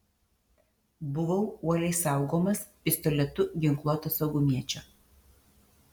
buvau uoliai saugomas pistoletu ginkluoto saugumiečio